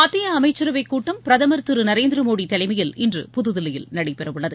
மத்திய அமைச்சரவைக் கூட்டம் பிரதமர் திரு நரேந்திர மோடி தலைமையில் இன்று புதுதில்லியில் நடைபெற உள்ளது